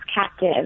captive